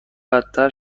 بدتر